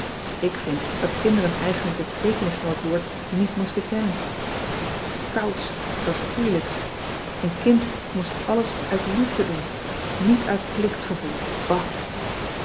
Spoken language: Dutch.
k vind dat kinderen eigenlijk de beteekenis van dat woord niet moesten kennen et is iets kouds verfoeilijks en kind moest alles uit liefde doen niet uit plichtsgevoel bah